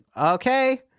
okay